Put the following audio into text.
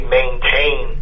maintain